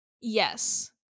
Yes